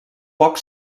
poc